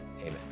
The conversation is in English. Amen